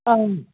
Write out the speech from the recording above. ꯎꯝ